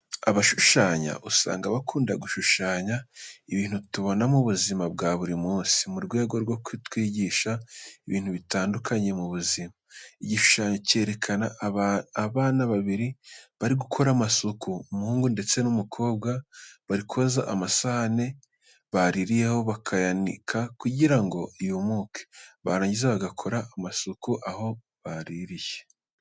Abashushanya usanga bakunda gushushanya ibintu tubona mu buzima bwa buri munsi, mu rwego rwo kutwigisha ibintu bitandukanye mu buzima. Igishushanyo cyerekana abana babiri bari gukora amasuku, umuhungu, ndetse n'umukobwa. Bari koza amasahane bariririyeho bakayanika kugira ngo yumuke, barangiza bagakora amasuku aho baririye.